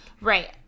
Right